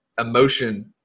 emotion